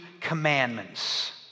commandments